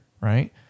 right